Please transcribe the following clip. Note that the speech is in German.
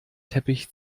teppich